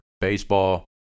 baseball